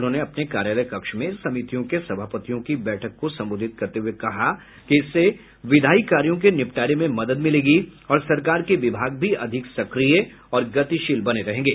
उन्होंने अपने कार्यालय कक्ष में समितियों के सभापतियों की बैठक को संबोधित करते हये कहा कि इससे विधायी कार्यों के निपटारे में मदद मिलेगी और सरकार के विभाग भी अधिक सक्रिय और गतिशील बने रहेंगे